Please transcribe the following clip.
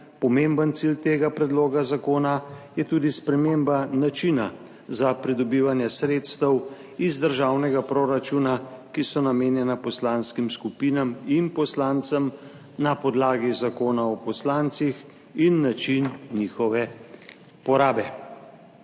Pomemben cilj tega predloga zakona je tudi sprememba načina za pridobivanje sredstev iz državnega proračuna, ki so namenjena poslanskim skupinam in poslancem na podlagi Zakona o poslancih in način njihove porabe.